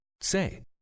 Say